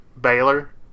baylor